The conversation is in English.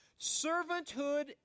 Servanthood